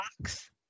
box